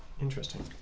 Interesting